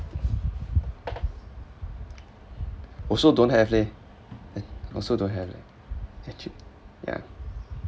also don't have leh eh also don't have leh actually yeah